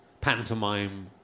pantomime